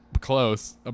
Close